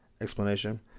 explanation